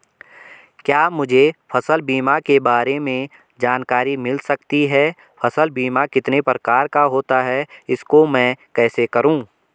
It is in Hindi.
क्या मुझे फसल बीमा के बारे में जानकारी मिल सकती है फसल बीमा कितने प्रकार का होता है इसको मैं कैसे करूँ?